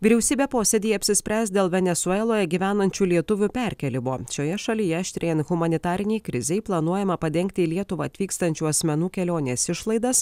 vyriausybė posėdyje apsispręs dėl venesueloje gyvenančių lietuvių perkėlimo šioje šalyje aštrėjant humanitarinei krizei planuojama padengti į lietuvą atvykstančių asmenų kelionės išlaidas